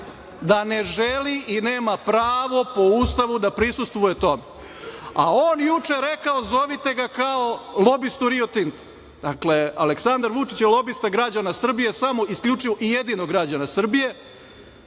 da ne želi i nam pravo po Ustavu da prisustvuje tome, a on juče rekao zovite ga kao lobistu Rio Tinta. Dakle, Aleksandar Vučić je lobista građana Srbije, samo isključivo i jedino građana Srbije